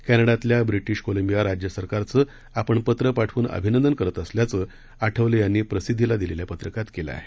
कॅनडातल्या British Columbia राज्य सरकारचं आपण पत्र पाठवून अभिनंदन करत असल्याचं आठवले यांनी प्रसिद्वीला दिलेल्या पत्रकात केलं आहे